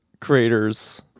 creators